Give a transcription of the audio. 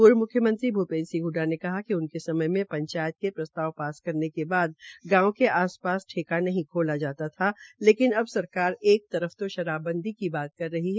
पूर्व म्ख्यमंत्री भूपेन्द्र सिंह हडडा ने कहा कि उनके समय में पंचायत के प्रस्ताव पास करने के बाद गांव के आसपास ठेका नहीं खोला जाता था लेकिन अब सरकार एक तरफ से तो शराबबंदी की बात कर रही है